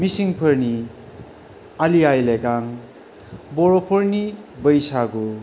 मिसिंफोरनि आलि आइ लिगां बर'फोरनि बैसागु